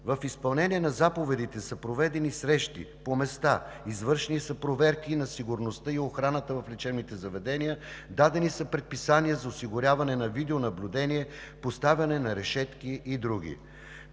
В изпълнение на заповедите са проведени срещи по места, извършени са проверки на сигурността и охраната в лечебните заведения, дадени са предписания за осигуряване на видеонаблюдение, поставяне на решетки и други.